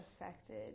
affected